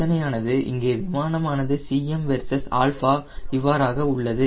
பிரச்சனையானது இங்கே விமானமானது Cm versus α இவ்வாறாக உள்ளது